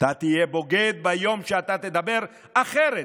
אתה תהיה בוגד ביום שאתה תדבר אחרת